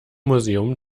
museum